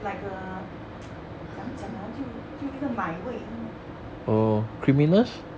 like a 怎么样讲啊就就一个奶味